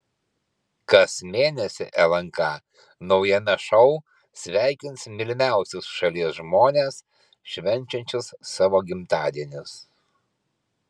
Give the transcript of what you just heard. kas mėnesį lnk naujame šou sveikins mylimiausius šalies žmones švenčiančius savo gimtadienius